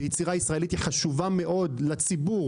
היצירה הישראלית היא חשובה מאוד לציבור